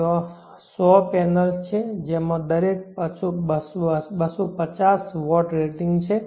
ત્યાં 100 પેનલ્સ છે જેમાં દરેક 250 W રેટિંગ છે